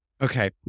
Okay